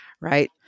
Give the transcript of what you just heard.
right